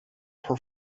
her